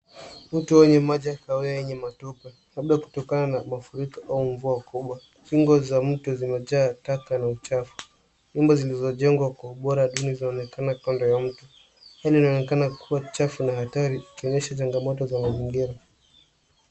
Mto wenye maji ya kaawia yenye matope, labda kutokana na mafuriko au mvua kubwa. Kingo za mto zimejaa taka na uchafu. Nyumba zilizojengwa kwa ubora duni zaonekana kando ya mto, maji inayoonekana kuwa chafu naya hatari ikionyesha changamoto za mazingira.